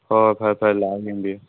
ꯍꯣ ꯐꯔꯦ ꯐꯔꯦ ꯂꯥꯛꯑꯒ ꯌꯦꯡꯕꯤꯌꯣ